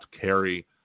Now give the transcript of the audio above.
carry